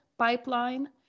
pipeline